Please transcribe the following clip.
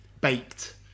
baked